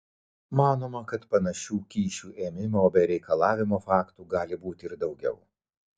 manoma kad panašių kyšių ėmimo bei reikalavimo faktų gali būti ir daugiau